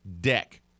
deck